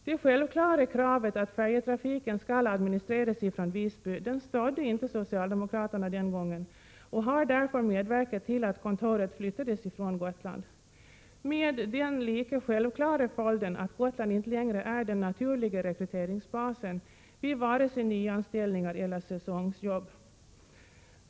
Det självklara kravet att färjetrafiken skall administreras från Visby stödde inte socialdemokraterna den gången och har därför medverkat till att kontoret flyttades från Gotland. Den lika självklara följden är att Gotland inte längre är den naturliga rekryteringsbasen vid vare sig nyanställningar eller säsongsjobb.